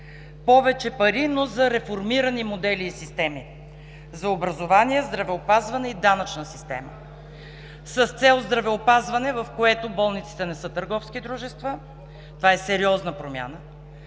повече пари, но за реформирани модели и системи, за образование, здравеопазване и данъчна система с цел здравеопазване, в което болниците не са търговски дружества, това е сериозна промяна;